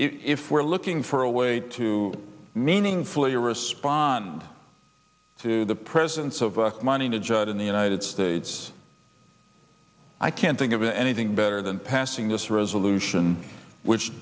if we're looking for a way to meaningfully respond to the presence of money to judge in the united states i can't think of anything better than passing this resolution which